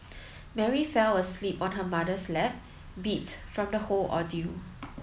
Mary fell asleep on her mother's lap beat from the whole ordeal